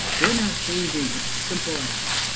we're now changing with a simple idea.